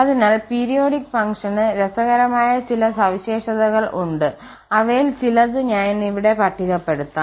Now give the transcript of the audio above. അതിനാൽ പീരിയോഡിക് ഫങ്ക്ഷന് രസകരമായ ചില സവിശേഷതകൾ ഉണ്ട് അവയിൽ ചിലത് ഞാൻ ഇവിടെ പട്ടികപ്പെടുതാം